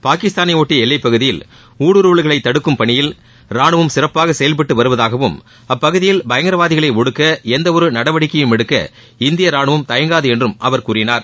பாகிஸ்தானையொட்டிய எல்லைப்பகுதியில் ஊடுருவல்களை தடுக்கும் பணியில் ரானுவம் சிறப்பாக செயல்பட்டு வருவதாகவும் அப்பகுதியில் பயங்கரவாத ஒடுக்க எந்தவொரு நடவடிக்கையையும் எடுக்க இந்திய ரானுவம் தயங்காது என்று அவர் கூறினார்